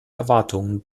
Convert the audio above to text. erwartungen